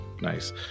nice